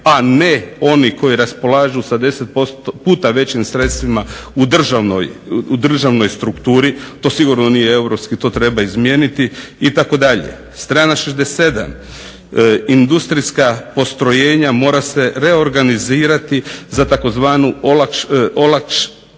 a ne oni koji raspolažu sa 10 puta većim sredstvima u državnoj strukturi. To sigurno nije europski, to treba izmijeniti itd. Strana 67, industrijska postrojenja mora se reorganizirati za tzv. okolišne